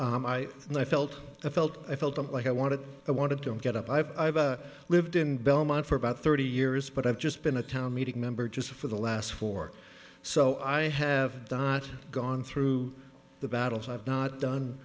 and i felt i felt i felt like i wanted i wanted to get up i've lived in belmont for about thirty years but i've just been a town meeting member just for the last four so i have not gone through the battles i've not done